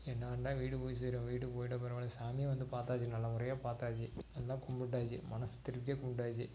எந்நேரந்தான் வீடு போய் சேருவோம் வீடு போய்ட்டா பரவாயில்லை சாமியை வந்து பார்த்தாச்சு நல்லமுறையாக பார்த்தாச்சு நல்லா கும்பிட்டாச்சு மனதுக்கு திருப்தியாக கும்பிட்டாச்சு